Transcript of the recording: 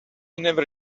never